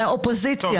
האופוזיציה.